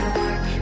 work